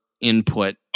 input